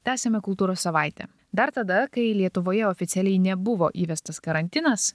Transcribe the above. tęsiame kultūros savaitė dar tada kai lietuvoje oficialiai nebuvo įvestas karantinas